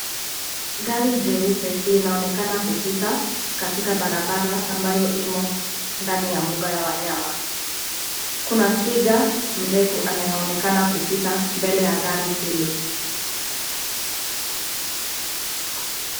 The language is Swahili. Gari jeupe linaonekana kupita katika barabara ambayo imo ndani ya mbuga ya wanyama. Kuna twiga mrefu anayeonekana kupita mbele ya gari hili.